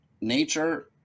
nature